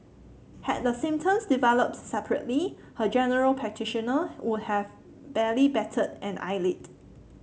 had the symptoms developed separately her general practitioner would have barely batted an eyelid